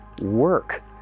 work